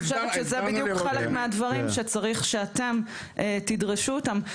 אבל אני חושבת שזה בדיוק חלק מהדברים שצריך שאתם תידרשו אותם,